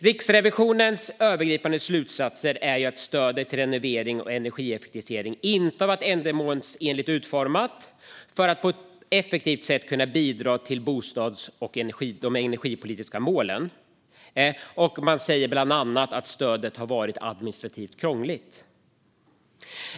Riksrevisionens övergripande slutsats är att stödet till renovering och energieffektivisering inte har varit ändamålsenligt utformat för att på ett effektivt sätt kunna bidra till de bostads och energipolitiska målen. Man säger bland annat att stödet har varit administrativt krångligt.